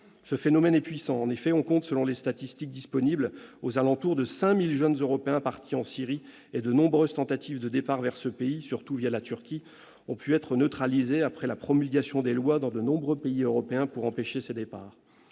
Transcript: Ce phénomène est puissant. En effet, on compte, selon les statistiques disponibles, environ 5 000 jeunes Européens partis en Syrie et de nombreuses tentatives de départ vers ce pays, surtout la Turquie, ont pu être neutralisées après la promulgation de lois dans de nombreux pays européens pour empêcher ces départs.